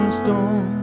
storm